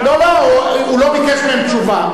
לא, לא, הוא לא ביקש מהם תשובה.